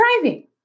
driving